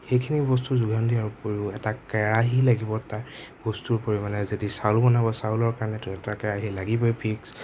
সেইখিনি বস্তু যোগান দিয়াৰ উপৰিও এটা কেৰাহী লাগিব এটা বস্তুৰ পৰিমাণে যদি চাউল বনাব চাউলৰ কাৰণেতো এটা কেৰাহী লাগিবই